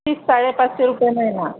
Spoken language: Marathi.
फीस साडेपाचशे रुपये महिना